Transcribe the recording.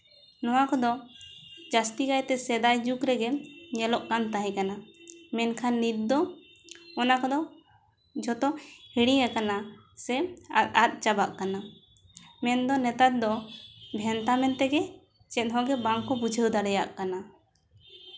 ᱱᱚᱣᱟ ᱠᱚᱫᱚ ᱡᱟᱹᱥᱛᱤ ᱠᱟᱭᱛᱮ ᱥᱮᱫᱟᱭ ᱡᱩᱜᱽ ᱨᱮᱜᱮ ᱧᱮᱞᱚᱜ ᱠᱟᱱ ᱛᱟᱦᱮᱸ ᱠᱟᱱᱟ ᱢᱮᱱᱠᱷᱟᱱ ᱱᱤᱛ ᱫᱚ ᱚᱱᱟ ᱠᱚᱫᱚ ᱡᱷᱚᱛᱚ ᱦᱤᱲᱤᱧ ᱟᱠᱟᱱᱟ ᱥᱮ ᱟᱫ ᱪᱟᱵᱟᱜ ᱠᱟᱱᱟ ᱢᱮᱱᱫᱚ ᱱᱮᱛᱟᱨ ᱫᱚ ᱵᱷᱮᱱᱛᱟ ᱢᱮᱱ ᱛᱮᱜᱮ ᱪᱮᱫ ᱦᱚᱸᱜᱮ ᱵᱟᱝᱠᱚ ᱵᱩᱡᱷᱟᱹᱣ ᱫᱟᱲᱮᱭᱟᱜ ᱠᱟᱱᱟ